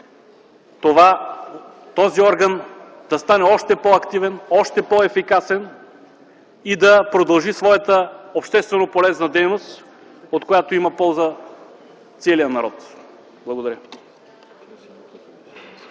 този орган да стане още по-активен, още по-ефикасен и да продължи своята общественополезна дейност, от която има полза целия народ. Благодаря.